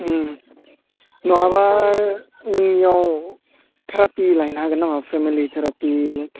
नङाबा नोंनियाव थेरापि लाहैनो हागोन नामा फेमिलि थेरापि